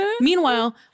Meanwhile